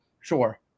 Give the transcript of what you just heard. Sure